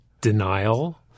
denial